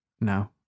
no